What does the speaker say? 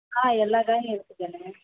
ஆ எல்லா காயும் இருக்குது கண்ணு